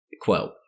quote